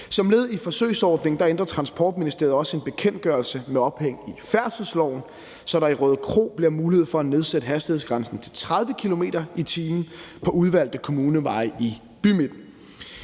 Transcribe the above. Som led i forsøgsordningen ændrer Transportministeriet også en bekendtgørelse med ophæng i færdselsloven, så der i Rødekro bliver mulighed for at nedsætte hastighedsgrænsen til 30 km/t. på udvalgte kommuneveje i bymidten.